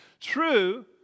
true